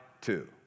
two